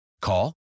Call